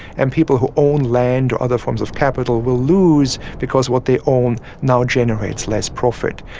and people who own land or other forms of capital will lose because what they own now generates less profit.